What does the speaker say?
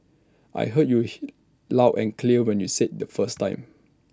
I heard you here loud and clear when you said IT the first time